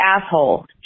asshole